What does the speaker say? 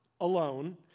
alone